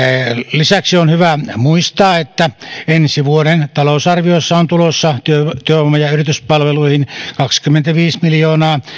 lisäksi on hyvä muistaa että ensi vuoden talousarviossa on tulossa työvoima ja yrityspalveluihin kaksikymmentäviisi miljoonaa